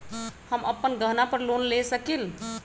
हम अपन गहना पर लोन ले सकील?